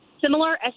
similar